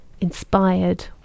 inspired